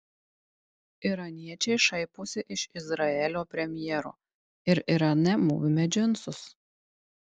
iraniečiai šaiposi iš izraelio premjero ir irane mūvime džinsus